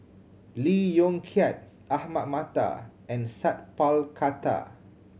Lee Yong Kiat Ahmad Mattar and Sat Pal Khattar